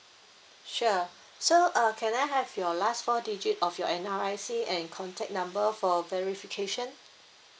sure so uh can I have your last four digit of your N_R_I_C and contact number for verification